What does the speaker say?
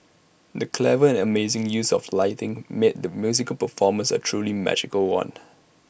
the clever and amazing use of lighting made the musical performance A truly magical one